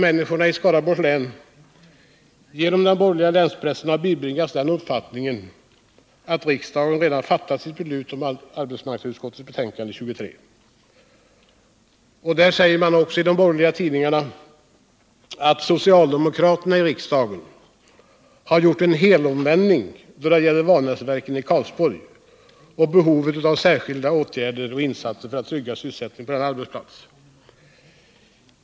Människorna i Skaraborgs län har av den borgerliga länspressen bibringats uppfattningen att riksdagen redan har fattat sitt beslut med anledning av arbetsmarknadsutskottets betänkande nr 23. I de borgerliga tidningarna sägs att socialdemokraterna i riksdagen har gjort en helomvändning då det gäller Vanäsverken i Karlsborg och behovet av särskilda åtgärder och insatser för att trygga sysselsättningen på arbetsplatserna.